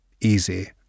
Easy